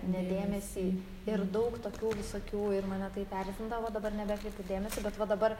ne dėmesį ir daug tokių visokių ir mane taip erzindavo dabar nebekreipiu dėmesio bet va dabar